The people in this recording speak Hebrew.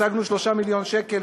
השגנו שלושה מיליון שקל,